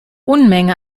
unmenge